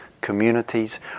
communities